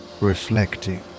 reflecting